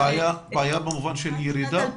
בעיה במובן הזה של ירידה?